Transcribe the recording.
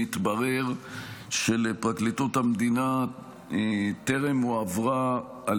מתברר שלפרקליטות המדינה טרם הועברה על